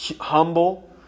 humble